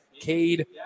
Cade